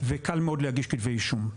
וקל מאוד להגיש כתבי אישום.